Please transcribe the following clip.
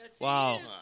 Wow